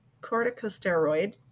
corticosteroid